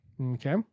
Okay